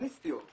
ומינימליסטיות.